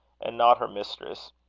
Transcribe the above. and not her mistress,